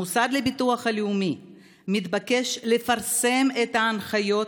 המוסד לביטוח לאומי מתבקש לפרסם את ההנחיות